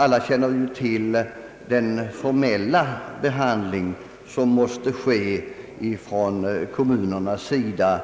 Alla känner ju till den formella behandling, som måste ske från kommunernas sida